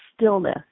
stillness